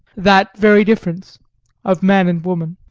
that very difference of man and woman.